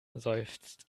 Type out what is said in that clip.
seufzt